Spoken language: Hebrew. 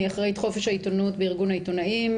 אני אחראית חופש העיתונות בארגון העיתונאים.